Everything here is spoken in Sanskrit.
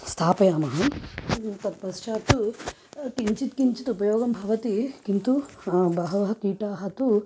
स्थापयामः तत् पश्चात्तु किञ्चित् किञ्चित् उपयोगः भवति किन्तु बहवः कीटाः तु